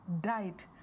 died